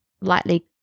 lightly